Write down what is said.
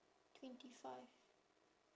twenty five